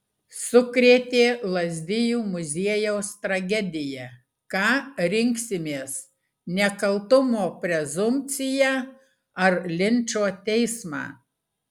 sukrėtė lazdijų muziejaus tragedija ką rinksimės nekaltumo prezumpciją ar linčo teismą